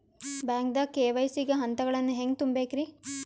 ಬ್ಯಾಂಕ್ದಾಗ ಕೆ.ವೈ.ಸಿ ಗ ಹಂತಗಳನ್ನ ಹೆಂಗ್ ತುಂಬೇಕ್ರಿ?